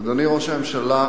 אדוני ראש הממשלה,